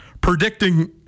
predicting